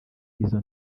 izo